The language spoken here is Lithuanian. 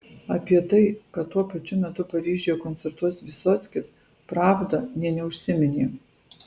apie tai kad tuo pačiu metu paryžiuje koncertuos vysockis pravda nė neužsiminė